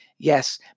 Yes